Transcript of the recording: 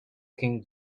king